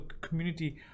community